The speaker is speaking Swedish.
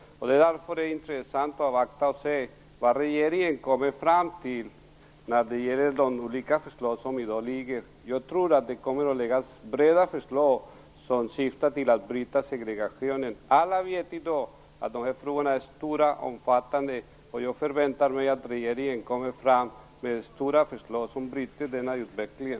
Därför är det intressant att avvakta och se vad regeringen kommer fram till i fråga om de olika förslag som i dag föreligger. Jag tror att det kommer att läggas fram breda förslag som syftar till att bryta segregationen. Alla vet i dag att de här frågorna är stora och omfattande, och jag förväntar mig att regeringen kommer med stora förslag som bryter utvecklingen.